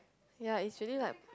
ya it's really like